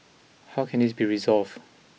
how can this be resolved